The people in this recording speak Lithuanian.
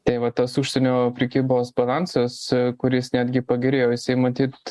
tai va tas užsienio prekybos balansas kuris netgi pagerėjo jisai matyt